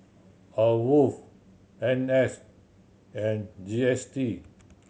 AWOL N S and G S T